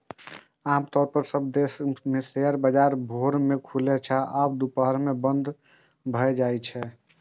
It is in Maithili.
आम तौर पर सब देश मे शेयर बाजार भोर मे खुलै छै आ दुपहर मे बंद भए जाइ छै